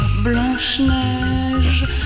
Blanche-Neige